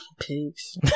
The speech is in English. Pigs